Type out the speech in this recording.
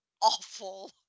awful